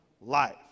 life